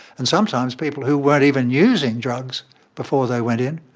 and sometimes people who weren't even using drugs before they went in,